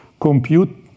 compute